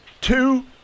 two